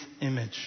image